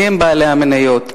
מי הם בעלי המניות?